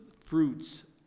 fruits